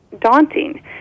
daunting